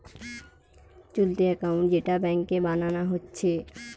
চলতি একাউন্ট যেটা ব্যাংকে বানানা হচ্ছে